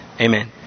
Amen